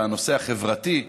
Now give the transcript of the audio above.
בנושא החברתי,